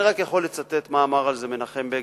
אני רק יכול לצטט מה אמר על זה מנחם בגין,